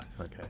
okay